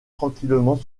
tranquillement